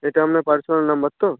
এটা আপনার personal number তো